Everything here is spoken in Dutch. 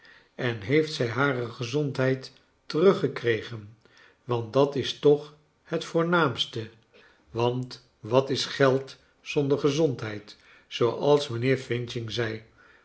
en heeft zij hare gezondheid teruggekregen want dat is toch het voornaamste want wat is geld zonder gezondheid zooals mijnheer f zei